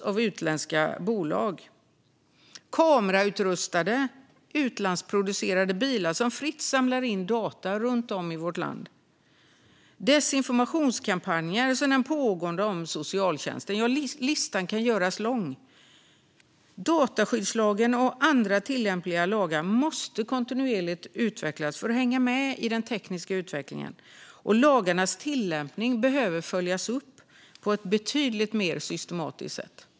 Det handlar också om kamerautrustade utlandsproducerade bilar som fritt samlar in data runt om i vårt land och om desinformationskampanjer som den pågående om socialtjänsten. Listan kan göras lång. Dataskyddslagen och andra tillämpliga lagar måste kontinuerligt utvecklas för att hänga med i den tekniska utvecklingen, och lagarnas tillämpning behöver följas upp på ett betydligt mer systematiskt sätt.